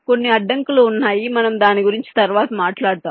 కొన్ని అడ్డంకులు ఉన్నాయి మనము దాని గురించి తర్వాత మాట్లాడతాము